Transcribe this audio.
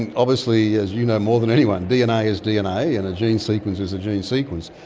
and obviously, as you know more than anyone, dna is dna and a gene sequence is a gene sequence,